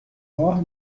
آگاه